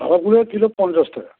ভালোগুলো হচ্ছে পঞ্চাশ টাকা